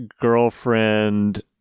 girlfriend